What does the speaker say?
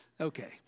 Okay